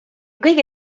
kõige